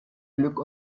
glück